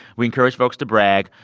we encourage folks to brag.